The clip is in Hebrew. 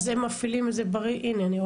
אז הם מפעילים --- כן.